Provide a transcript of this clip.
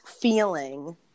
feeling